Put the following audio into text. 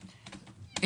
זה מינימום שנתיים.